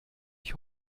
ich